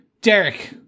Derek